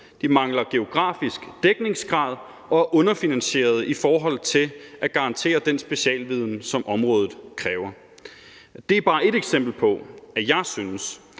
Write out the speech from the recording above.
de mangler geografisk dækningsgrad og er underfinansieret i forhold til at garantere den specielle viden, som området kræver. Det er bare et eksempel på, at jeg synes,